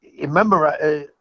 remember